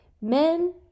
men